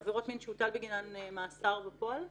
עבירות מין שהוטל בגינן מאסר בפועל,